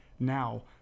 Now